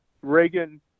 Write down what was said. Reagan